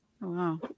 Wow